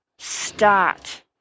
start